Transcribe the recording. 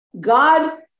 God